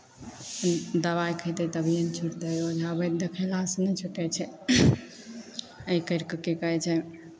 ओ दबाइ खयतै तभिए ने छुटतै ओझा वैद्य देखयलासँ नहि छूटै छै एहि करि कऽ की कहै छै